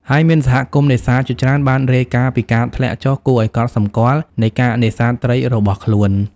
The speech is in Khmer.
ហើយមានសហគមន៍នេសាទជាច្រើនបានរាយការណ៍ពីការធ្លាក់ចុះគួរឱ្យកត់សម្គាល់នៃការនេសាទត្រីរបស់ខ្លួន។